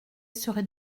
serait